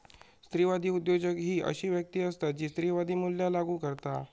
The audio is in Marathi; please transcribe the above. स्त्रीवादी उद्योजक ही अशी व्यक्ती असता जी स्त्रीवादी मूल्या लागू करता